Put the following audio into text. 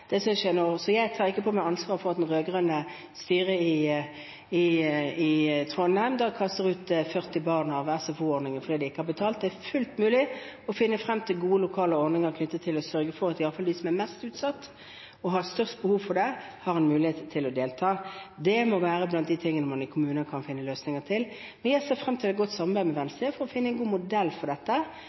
Det synes jeg. Jeg tar ikke på meg ansvaret for at det rød-grønne styret i Trondheim kaster ut 40 barn av SFO-ordningen fordi de ikke har betalt. Det er fullt mulig å finne frem til gode lokale ordninger knyttet til å sørge for at iallfall de som er mest utsatt og har størst behov for det, har en mulighet til å delta. Det må være blant de tingene man i kommunene kan finne løsninger på. Jeg ser frem til et godt samarbeid med Venstre for å finne en god modell for dette,